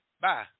bye